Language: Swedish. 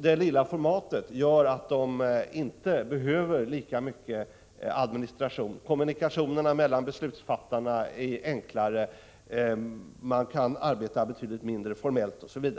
Det lilla formatet gör att det inte behövs lika mycket administration. Kommunikationerna mellan beslutsfattarna är enklare. Man kan arbeta betydligt mindre formellt, osv.